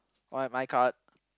alright my card